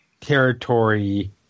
territory